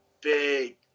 big